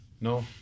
No